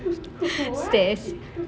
stairs